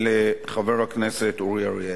לחבר הכנסת אורי אריאל.